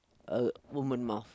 uh woman mouth